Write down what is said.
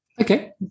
Okay